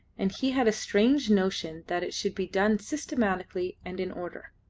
and he had a strange notion that it should be done systematically and in order.